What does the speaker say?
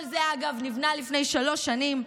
כל זה, אגב, נבנה לפני שלוש שנים.